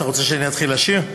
אתה רוצה שאני אתחיל לשיר?